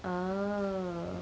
oh